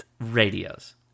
Radios